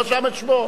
רשם את שמו.